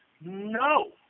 No